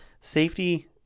safety